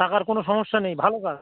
টাকার কোনো সমস্যা নেই ভালো কাজ